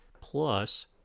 plus